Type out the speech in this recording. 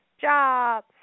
job